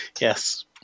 yes